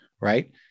right